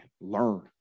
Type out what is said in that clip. learn